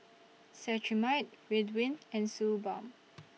Cetrimide Ridwind and Suu Balm